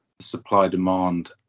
supply-demand